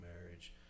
marriage